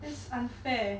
that's unfair